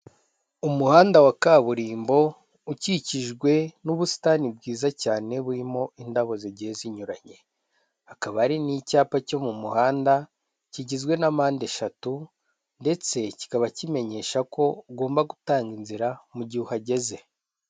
Umuhanda wa kaburimbo, ukikijwe n'ubusitani bwiza cyane buririmo indabo zigiye zinyuranye, hakaba hari n'icyapa cyo mu muhanda kigizwe na mpande eshatu, ndetse kikaba kimenyesha ko ugomba gutanga inzira, mu gihe uhageze.